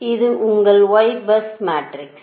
எனவே இது உங்கள் Y பஸ் மேட்ரிக்ஸ்